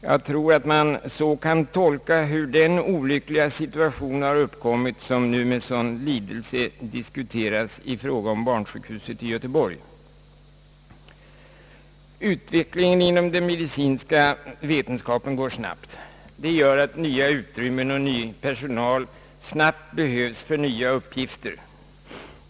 Jag tror att man så kan tolka den olyckliga situationen som har uppkommit i fråga om barnsjukhuset i Göteborg och som nu med sådan lidelse diskuteras. Utvecklingen inom den medicinska vetenskapen går snabbt. Det gör att nya utrymmen och ny personal snabbt behövs för nya uppgifter.